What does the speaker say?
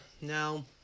now